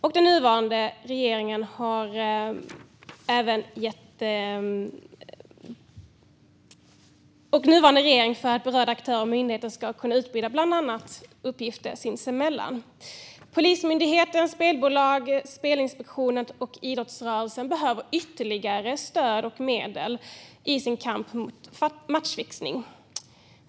Och den nuvarande regeringen har vidtagit åtgärder för att berörda aktörer och myndigheter ska kunna utbyta bland annat uppgifter sinsemellan. Polismyndigheten, spelbolag, Spelinspektionen och idrottsrörelsen behöver ytterligare stöd och medel i sin kamp mot matchfixning.